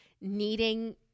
needing